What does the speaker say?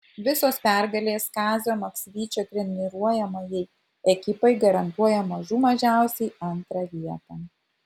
visos pergalės kazio maksvyčio treniruojamai ekipai garantuoja mažų mažiausiai antrą vietą